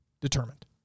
determined